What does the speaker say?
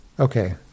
okay